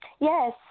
Yes